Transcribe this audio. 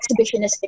exhibitionistic